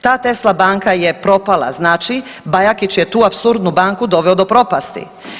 Ta Tesla banka je propala znači, Bajakić je tu apsurdnu banku doveo do propasti.